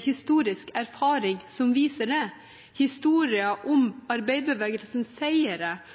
historisk erfaring viser det. Historien om arbeiderbevegelsens seire, om hvordan arbeidslivet har blitt innrettet for å være mer tilpasset arbeidsfolk, er jo en historie om